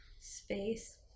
space